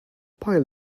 pile